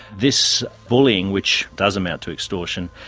this bullying, which does amount to extortion,